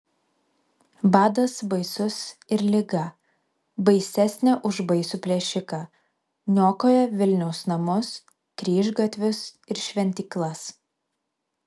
badas baisus ir liga baisesnė už baisų plėšiką niokoja vilniaus namus kryžgatvius ir šventyklas